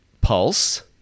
Pulse